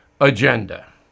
agenda